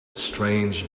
strange